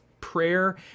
prayer